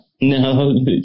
no